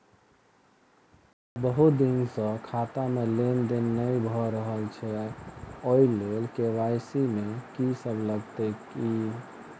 Sir बहुत दिन सऽ खाता मे लेनदेन नै भऽ रहल छैय ओई लेल के.वाई.सी मे की सब लागति ई?